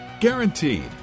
Guaranteed